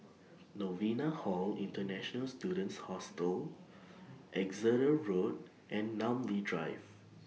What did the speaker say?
Novena Hall International Students Hostel Exeter Road and Namly Drive